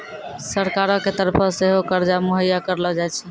सरकारो के तरफो से सेहो कर्जा मुहैय्या करलो जाय छै